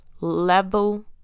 level